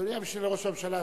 אדוני המשנה לראש הממשלה,